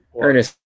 Ernest